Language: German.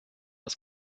das